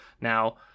Now